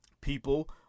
people